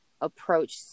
approach